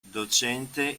docente